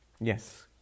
Yes